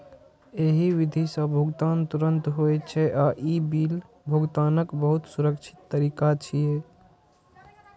एहि विधि सं भुगतान तुरंत होइ छै आ ई बिल भुगतानक बहुत सुरक्षित तरीका छियै